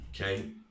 okay